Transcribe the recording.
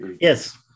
Yes